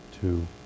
Two